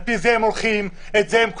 על פי זה הם הולכים ואת זה הם קוראים.